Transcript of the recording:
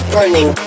Burning